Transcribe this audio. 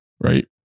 right